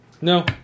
No